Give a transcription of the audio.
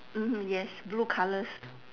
mmhmm yes blue colours